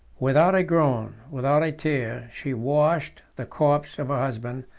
without a groan, without a tear, she washed the corpse of her husband,